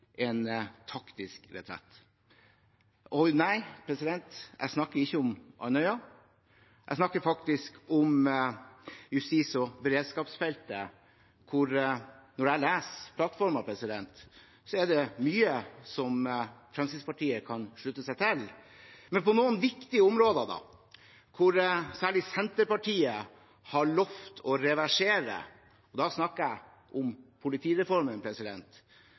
en taktisk retrett. Og nei, jeg snakker ikke om Andøya. Jeg snakker faktisk om justis- og beredskapsfeltet. Når jeg leser plattformen, er det mye som Fremskrittspartiet kan slutte seg til. Men på noen viktige områder der særlig Senterpartiet har lovet å reversere – da snakker jeg om politireformen